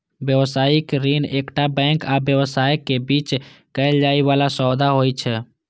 व्यावसायिक ऋण एकटा बैंक आ व्यवसायक बीच कैल जाइ बला सौदा होइ छै